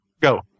go